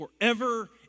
forever